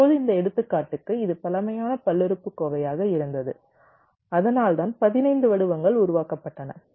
இப்போது இந்த எடுத்துக்காட்டுக்கு இது பழமையான பல்லுறுப்புக்கோவையாக இருந்தது அதனால்தான் 15 வடிவங்கள் உருவாக்கப்பட்டன